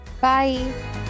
Bye